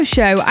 Show